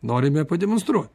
norime pademonstruot